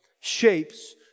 shapes